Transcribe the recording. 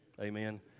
Amen